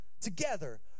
together